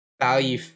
value